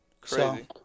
Crazy